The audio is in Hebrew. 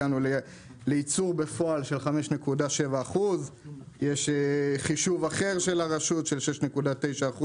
הגענו לייצור בפועל של 5.7%. יש חישוב אחר של הרשות של 6.9%